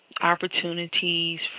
opportunities